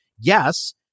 yes